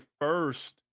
first